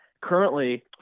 currently